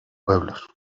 pueblos